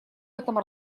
этом